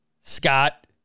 Scott